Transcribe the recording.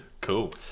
Cool